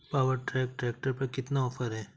Power track tractor पर कितना offer है?